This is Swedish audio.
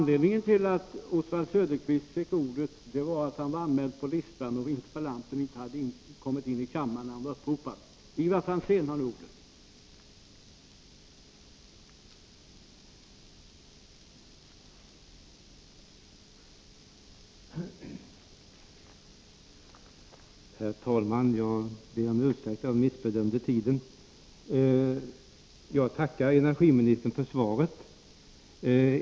Herr talman! Jag ber om ursäkt för att jag missbedömde tiden. På grund därav måste jag tidsbegränsa mitt inlägg, men jag skall försöka att få med det väsentliga. Jag tackar energiministern för svaret.